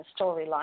storyline